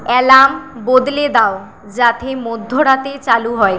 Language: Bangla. অ্যালাৰ্ম বদলে দাও যাতে মধ্যরাতে চালু হয়